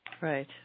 Right